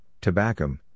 tobacco